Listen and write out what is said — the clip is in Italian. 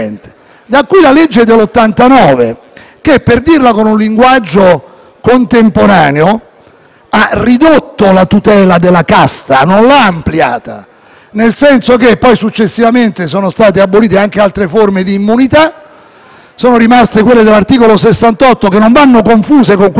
ha ridotto la tutela della casta, non l'ha ampliata, poi successivamente sono state abolite anche altre forme di immunità; sono rimaste quelle previste dall'articolo 68 della Costituzione, che non vanno confuse con quelle di cui stiamo discutendo e che riguardano le opinioni che noi parlamentari esprimiamo nell'esercizio della nostra attività. Questa